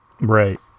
right